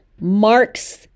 marks